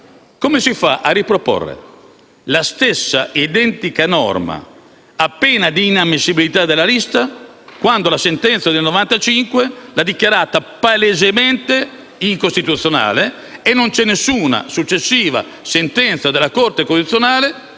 come si fa a riproporre la stessa identica norma, a pena di inammissibilità della lista, quando la sentenza del 1995 l'ha dichiarata palesemente incostituzionale e non c'è nessuna successiva sentenza della Corte costituzionale